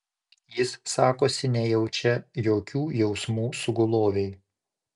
jis sakosi nejaučia jokių jausmų sugulovei